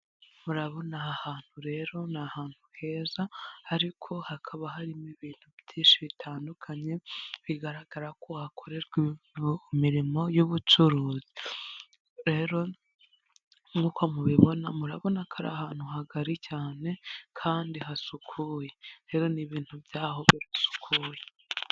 Murabona aha hantu rero ni ahantu heza ariko hakaba harimo ibintu byinshi bitandukanye bigaragara ko hakorerwa imirimo y'ubucuruzi. Rero nk'uko mubibona murabona ko ari ahantu hagari cyane kandi hasukuye, rero ni ibintu by'aho birasukuye.